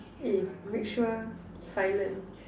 eh make sure silent